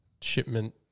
shipment